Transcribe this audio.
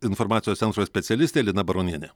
informacijos centro specialistė lina baronienė